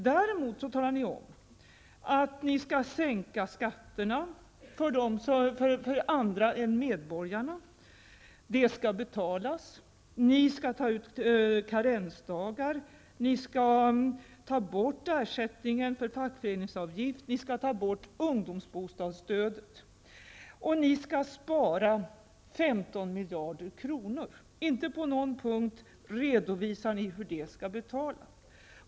Däremot talar ni om att ni skall sänka skatterna för andra än medborgarna -- det skall betalas. Ni skall ta ut karensdagar, ni skall ta bort reduktionen för fackföreningsavgiften, ni skall ta bort ungdomsbostadsstödet och ni skall spara 15 miljarder kronor. Inte på någon punkt redovisar ni hur det skall betalas.